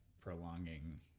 prolonging